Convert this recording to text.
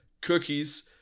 Cookies